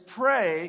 pray